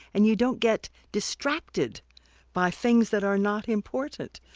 and you don't get distracted by things that are not important.